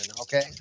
okay